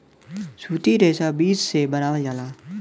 सूती रेशा बीज से बनावल जाला